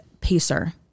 Pacer